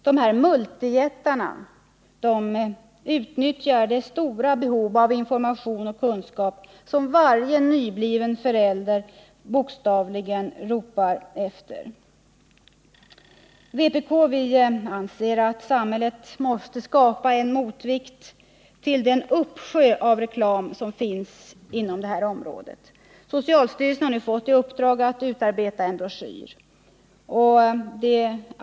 Dessa multijättar utnyttjar det stora behov av information och kunskap som varje nybliven förälder bokstavligen ropar efter. Vpk anser att samhället måste skapa en motvikt till den uppsjö av reklam som finns inom detta område. Socialstyrelsen har nu fått i uppdrag att utarbeta en broschyr.